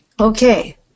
Okay